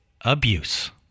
abuse